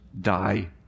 die